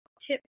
tip